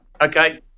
okay